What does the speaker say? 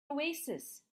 oasis